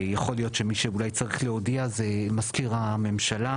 יכול להיות שמי שאולי צריך להודיע זה מזכיר הממשלה,